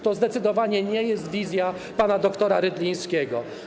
To zdecydowanie nie jest wizja pana dr. Rydlińskiego.